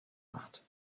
macht